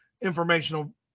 informational